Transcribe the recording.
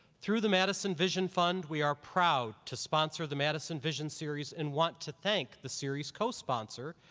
through the madison vision fund we are proud to sponsor the madison vision series and want to thank the series cosponsor,